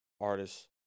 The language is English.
artists